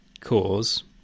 cause